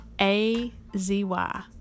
A-Z-Y